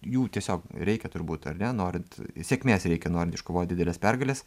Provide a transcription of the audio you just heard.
jų tiesiog reikia turbūt ar ne norint sėkmės reikia norint iškovot dideles pergales